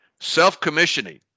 Self-commissioning